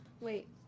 Wait